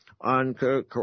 on